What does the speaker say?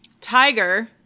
tiger